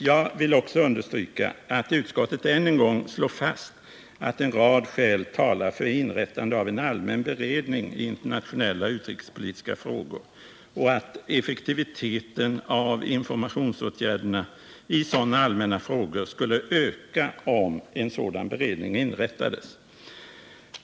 Jag vill också understryka att utskottet än en gång slår fast att en rad skäl talar för inrättande av en allmän beredning i internationella och utrikespolitiska frågor och att effektiviteten i informationsåtgärderna i sådana frågor skulle öka, om en dylik beredning inrättades.